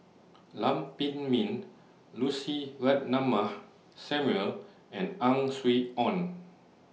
Lam Pin Min Lucy Ratnammah Samuel and Ang Swee Aun